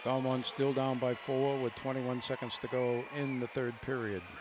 down one still down by four with twenty one seconds to go in the third period